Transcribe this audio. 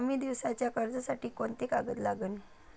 कमी दिसाच्या कर्जासाठी कोंते कागद लागन?